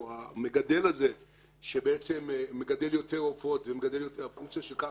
המגדל הזה שמגדל יותר עופות, והפונקציה של זה